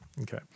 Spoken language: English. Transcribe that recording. Okay